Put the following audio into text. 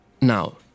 Now